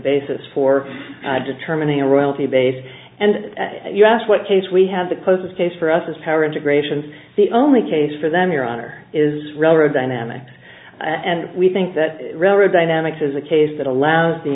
basis for determining a royalty base and you asked what case we have the closest case for us power integrations the only case for them your honor is relative dynamics and we think that railroad dynamics is a case that allows the